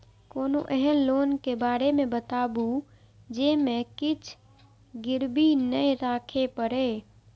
कोनो एहन लोन के बारे मे बताबु जे मे किछ गीरबी नय राखे परे?